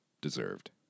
deserved